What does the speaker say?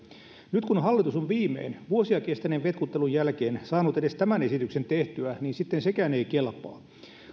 nyt kun hallitus on viimein vuosia kestäneen vetkuttelun jälkeen saanut edes tämän esityksen tehtyä niin sitten sekään ei kelpaa